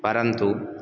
परन्तु